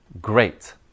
Great